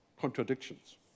Contradictions